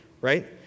right